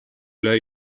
üle